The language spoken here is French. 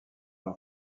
leur